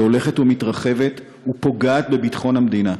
שהולכת ומתרחבת ופוגעת בביטחון המדינה,